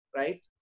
right